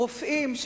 רופאים,